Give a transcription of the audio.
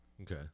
Okay